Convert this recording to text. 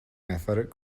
athletic